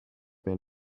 man